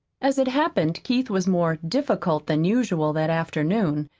as it happened keith was more difficult than usual that afternoon,